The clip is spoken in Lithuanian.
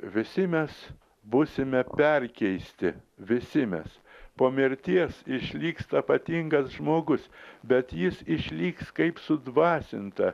visi mes būsime perkeisti visi mes po mirties išliks tapatingas žmogus bet jis išliks kaip sudvasinta